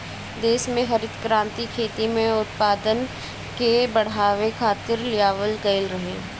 देस में हरित क्रांति खेती में उत्पादन के बढ़ावे खातिर लियावल गईल रहे